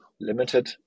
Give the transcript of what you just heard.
limited